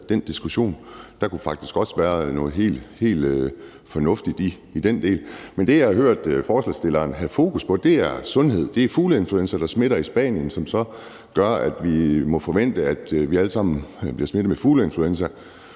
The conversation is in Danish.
den diskussion, for der kunne faktisk godt være noget helt fornuftigt i den del. Men det, jeg har hørt forslagsstilleren have fokus på, er sundhed – det er fugleinfluenza, der smitter i Spanien, som så gør, at vi må forvente, at vi alle sammen bliver smittet med fugleinfluenza.